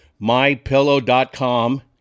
MyPillow.com